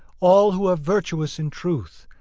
all who are virtuous in truth,